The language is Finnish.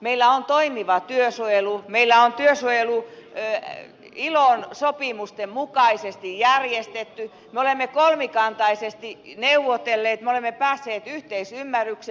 meillä on toimiva työsuojelu meillä on työsuojelu ilon sopimusten mukaisesti järjestetty me olemme kolmikantaisesti neuvotelleet me olemme päässeet yhteisymmärrykseen